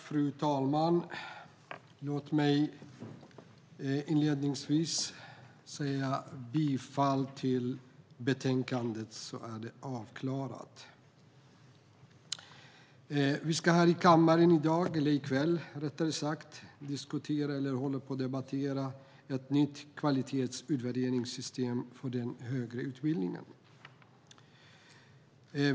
Fru talman! Låt mig inledningsvis yrka bifall till utskottets förslag. Vi ska här i kammaren i kväll debattera ett nytt kvalitetsutvärderingssystem för den högre utbildningen.